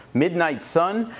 midnight sun,